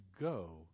go